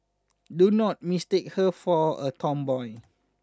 do not mistake her for a tomboy